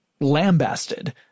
lambasted